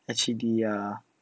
actually ah